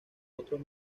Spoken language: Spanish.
otros